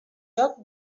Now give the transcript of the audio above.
joc